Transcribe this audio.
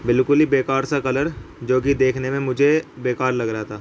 بالکل ہی بےکار سا کلر جو کہ دیکھنے میں مجھے بےکار لگ رہا تھا